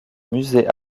musée